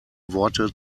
worte